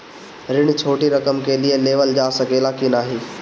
ऋण छोटी रकम के लिए लेवल जा सकेला की नाहीं?